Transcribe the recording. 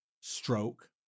stroke